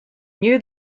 knew